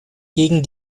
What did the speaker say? gegen